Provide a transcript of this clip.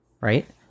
right